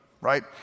right